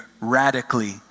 radically